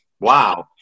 Wow